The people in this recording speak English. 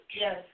Yes